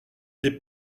des